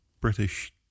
British